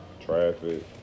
Traffic